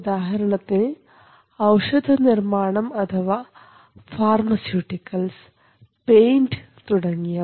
ഉദാഹരണത്തിന് ഔഷധനിർമ്മാണം അഥവാ ഫാർമസ്യൂട്ടിക്കൽസ് പെയിൻറ് തുടങ്ങിയവ